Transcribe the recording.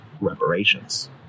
reparations